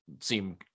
seem